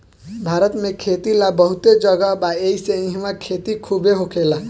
भारत में खेती ला बहुते जगह बा एहिसे इहवा खेती खुबे होखेला